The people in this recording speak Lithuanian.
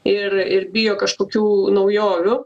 ir ir bijo kažkokių naujovių